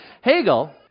Hegel